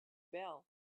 bell